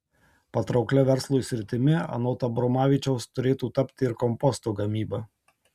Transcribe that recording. patrauklia verslui sritimi anot abromavičiaus turėtų tapti ir komposto gamyba